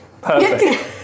Perfect